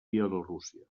bielorússia